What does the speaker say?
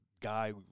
guy